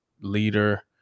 leader